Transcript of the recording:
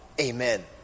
amen